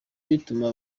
bituma